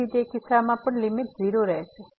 તેથી તે કિસ્સામાં પણ લીમીટ 0 રહેશે